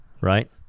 Right